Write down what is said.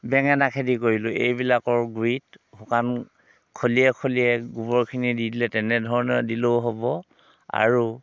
বেঙেনা খেতি কৰিলোঁ এইবিলাকৰ গুৰিত শুকান খলিয়ে খলিয়ে গোৱৰখিনি দি দিলে তেনেধৰণে দিলেও হ'ব আৰু